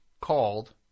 called